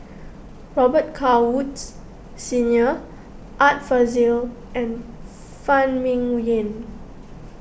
Robet Carr Woods Senior Art Fazil and Phan Ming Yen